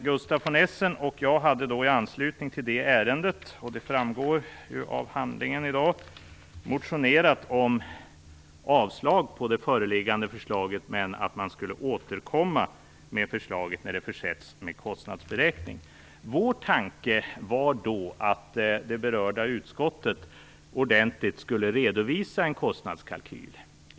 Gustaf von Essen och jag hade i anslutning till det ärendet, vilket framgår av dagens handlingar, motionerat om avslag på det föreliggande förslaget, men att man skulle återkomma med förslaget när det försetts med kostnadsberäkning. Vår tanke var då att det berörda utskottet ordentligt skulle redovisa en kostnadskalkyl.